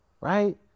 right